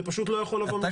זה פשוט לא יכול לבוא משם.